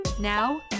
Now